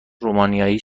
رومانیایی